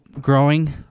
growing